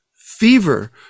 fever